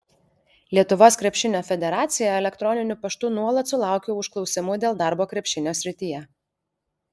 lietuvos krepšinio federacija elektroniniu paštu nuolat sulaukia užklausimų dėl darbo krepšinio srityje